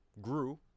grew